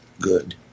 good